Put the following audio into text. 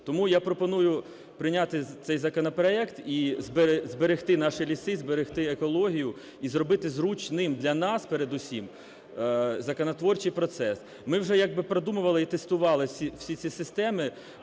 Тому я пропоную прийняти цей законопроект і зберегти наші ліси, зберегти екологію і зробити зручним для нас передусім законотворчий процес. Ми вже якби продумували і тестували всі ці системи.